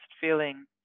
feeling